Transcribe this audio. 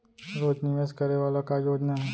रोज निवेश करे वाला का योजना हे?